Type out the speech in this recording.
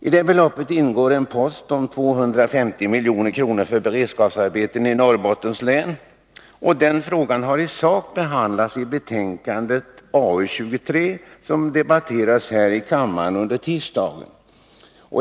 I det beloppet ingår en post om 250 milj.kr. för beredskapsarbeten i Norrbottens län. Den frågan har i sak behandlats i betänkandet AU 23, som debatterades i kammaren under tisdagen.